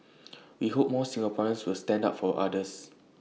he hopes more Singaporeans will stand up for others